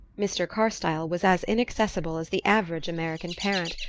mr. carstyle was as inaccessible as the average american parent,